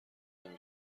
نمی